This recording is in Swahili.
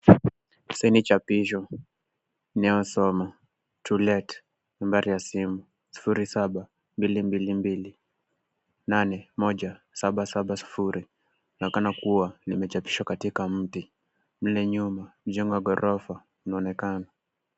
Hizi ni chapisho inayo soma, tolet nambari ya simu 0722281770. Linaonekana kuwa limechapishwa katika mti. Mle nyuma, jengo la ghorofa linaonekana.